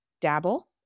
dabble